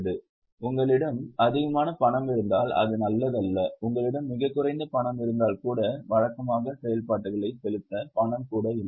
உங்களிடம் அதிகமான பணம் இருந்தால் அது நல்லதல்ல உங்களிடம் மிகக் குறைந்த பணம் இருந்தால் கூட வழக்கமான செயல்பாடுகளைச் செலுத்த பணம் கூட இல்லை